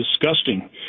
disgusting